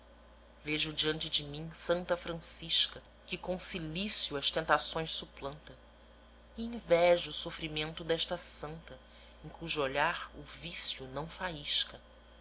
vejo diante de mim santa francisca que com o cilício as tentações suplanta e invejo o sofrimento desta santa em cujo olhar o vício não faísca